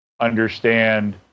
Understand